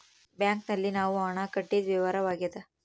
bank ನಲ್ಲಿ ನಾವು ಹಣ ಕಟ್ಟಿದ ವಿವರವಾಗ್ಯಾದ